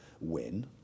win